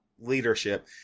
leadership